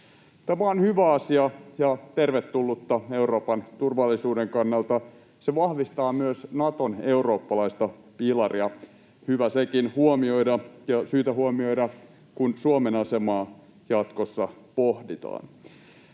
Tämä on hyvä asia ja tervetullutta Euroopan turvallisuuden kannalta. Se vahvistaa myös Naton eurooppalaista pilaria — hyvä sekin huomioida, ja syytä huomioida, kun Suomen asemaa jatkossa pohditaan.